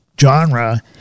genre